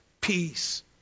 peace